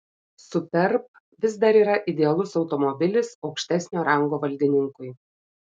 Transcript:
superb vis dar yra idealus automobilis aukštesnio rango valdininkui